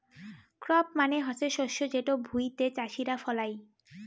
crop মানে হসে শস্য যেটো ভুঁইতে চাষীরা ফলাই